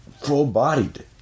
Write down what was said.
full-bodied